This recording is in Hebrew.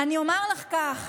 אני אומר לך כך.